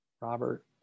Robert